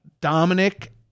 Dominic